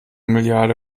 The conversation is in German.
milliarde